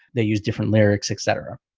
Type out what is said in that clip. they use different lyrics etc.